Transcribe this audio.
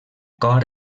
cor